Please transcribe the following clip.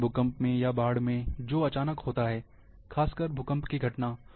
जैसे भूकंप में या बाढ़ में जो अचानक होता है खासकर भूकंप की घटना